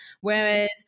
whereas